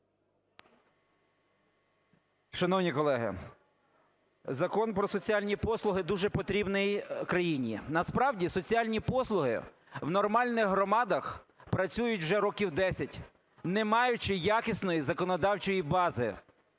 Шановні колеги! Закон про соціальні послуги дуже потрібний країні. Насправді соціальні послуги в нормальних громадах працюють вже років 10, не маючи якісної законодавчої бази.